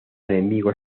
enemigo